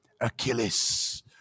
Achilles